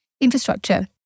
Infrastructure